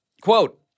Quote